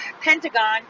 Pentagon